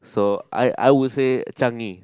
so I I would say Changi